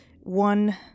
one